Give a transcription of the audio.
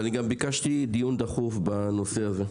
אני ביקשתי דיון דחוף בנושא הזה.